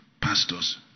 Pastors